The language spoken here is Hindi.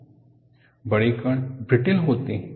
डक्टाइल फ्रैक्चर बड़े कण ब्रिटल होते हैं